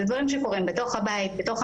אלה דברים שקורים בתוך המשפחה,